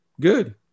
good